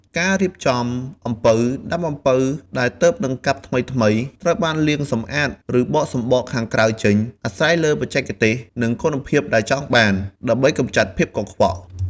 ការរៀបចំអំពៅ ដើមអំពៅដែលទើបនឹងកាប់ថ្មីៗ ត្រូវបានលាងសម្អាត ឬបកសម្បកខាងក្រៅចេញ អាស្រ័យលើបច្ចេកទេស និងគុណភាពដែលចង់បាន ដើម្បីកម្ចាត់ភាពកខ្វក់។